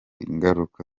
ingaruka